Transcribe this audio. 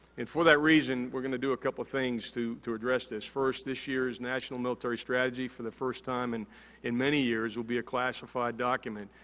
for that reason, we're gonna do a couple things to to address this. first, this year's national military strategy for the first time and in many years will be a classified document.